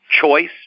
choice